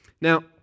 Now